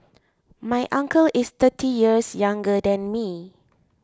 my uncle is thirty years younger than me